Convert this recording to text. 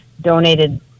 donated